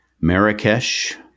Marrakesh